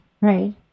Right